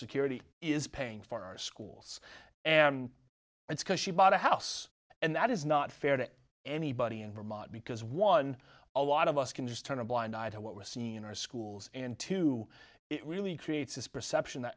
security is paying for our schools and it's because she bought a house and that is not fair to anybody in vermont because one a lot of us can just turn a blind eye to what we're seeing in our schools and too it really creates this perception that